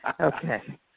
Okay